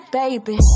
baby